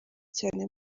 cane